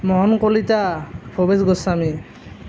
Mohan Kalita Harish Goswami